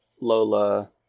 lola